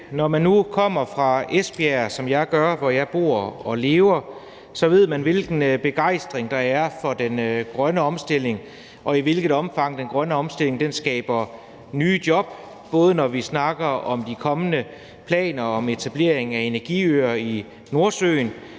Når man nu kommer fra Esbjerg, som jeg gør, og hvor jeg bor og lever, så ved man, hvilken begejstring der er for den grønne omstilling, og i hvilket omfang den grønne omstilling skaber nye job, både når vi snakker om de kommende planer om etablering af energiøer i Nordsøen,